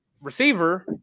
receiver